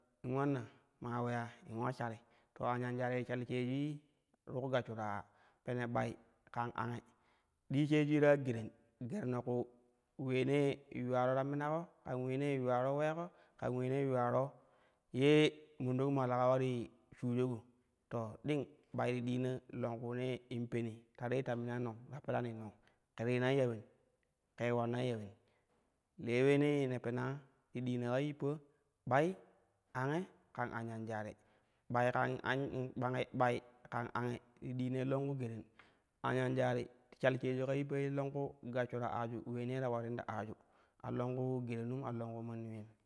In ulanna ma uleya in iua shari, to anyanjari ti shali sheeju ti ku gash sho ta aa pene ɓai an ange dii sheeji ta ya geren, gerno ku uleenee yuularo ta minako ƙan uleence yuwaro uleeko kan uleenee yuwano ye mondok maa leka ulanii shujako to ding ɓai ti ding longkeenee in peni ta rini ta minai nong, ta perani nong ke rinai ya ulen ke ulannai ya ulen le uleenee ne pena ti dina ka yippa ɓal, ange, ƙan anyanjau “ɓaikan- au- yi- ɓangi- ɓai- kam” ange ti diinau longku geren, anyajari ti shal sheeju ka yippai longku gashsho ta aaju uleenee ta ulanin ta aaju a longku gerenum a longku manni uleyum.